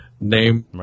Name